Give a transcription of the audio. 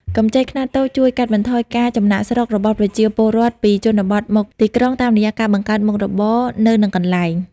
កម្ចីខ្នាតតូចជួយកាត់បន្ថយការចំណាកស្រុករបស់ប្រជាពលរដ្ឋពីជនបទមកទីក្រុង តាមរយៈការបង្កើតមុខរបរនៅនឹងកន្លែង។